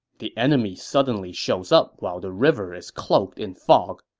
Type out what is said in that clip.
the enemy suddenly shows up while the river is cloaked in fog.